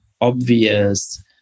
obvious